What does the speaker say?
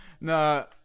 No